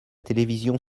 télévision